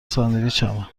ساندویچمه